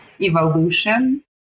evolution